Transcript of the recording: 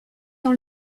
dans